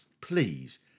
please